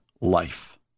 life